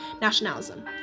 nationalism